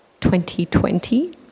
2020